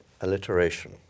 alliteration